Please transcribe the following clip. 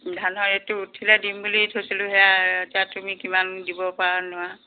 ধানৰ ৰে'টটো উঠিলে দিম বুলি থৈছিলোঁ সেয়া এতিয়া তুমি কিমান দিব পাৰা নোৱাৰা